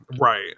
Right